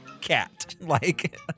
cat-like